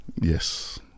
Yes